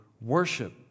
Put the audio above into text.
worship